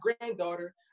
granddaughter